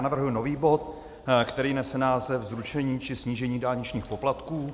Navrhuji nový bod, který nese název Zrušení či snížení dálničních poplatků.